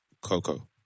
Coco